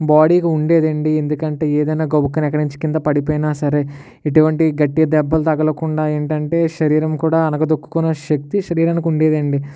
బాడీకి ఉండేది అండి ఎందుకంటే ఏదైనా గబుక్కని ఎక్కడినుంచి కింద పడిపోయినా సరే ఎటువంటి గట్టిగ దెబ్బలు తగలకుండా ఏంటంటే శరీరం కూడా అనగతొక్కుకున్న శక్తి శరీరానికి ఉండేది అండి